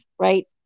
right